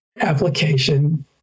application